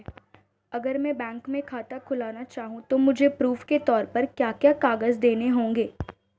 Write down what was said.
अगर मैं बैंक में खाता खुलाना चाहूं तो मुझे प्रूफ़ के तौर पर क्या क्या कागज़ देने होंगे?